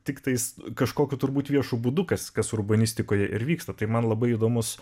tiktais kažkokiu turbūt viešu būdu kas kas urbanistikoje ir vyksta tai man labai įdomus